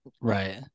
Right